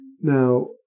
Now